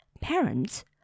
parents